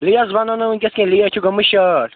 Lay's بَنن نہٕ ؤنکٮ۪س کیٚنٛہہ لیز چھِ گٔمٕتۍ شارٹ